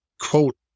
quote